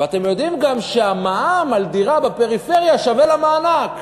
ואתם יודעים גם שהמע"מ על דירה בפריפריה שווה למענק?